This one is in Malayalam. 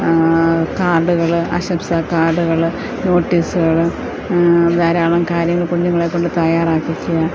കാർഡുകള് ആശംസ കാർഡുകള് നോട്ടീസുകള് ധാരാളം കാര്യങ്ങള് കുഞ്ഞുങ്ങളെ കൊണ്ട് തയ്യാറാക്കിക്കുക